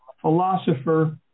philosopher